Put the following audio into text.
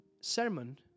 sermon